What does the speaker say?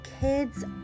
kids